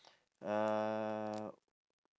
uh